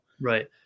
Right